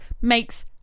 makes-